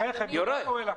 בחייכם, מה קורה לכם?